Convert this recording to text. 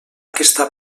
aquesta